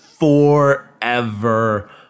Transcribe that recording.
Forever